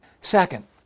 Second